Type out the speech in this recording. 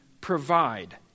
provide